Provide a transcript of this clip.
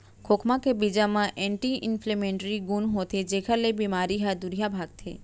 खोखमा के बीजा म एंटी इंफ्लेमेटरी गुन होथे जेकर ले बेमारी ह दुरिहा भागथे